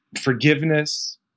forgiveness